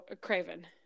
Craven